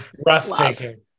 breathtaking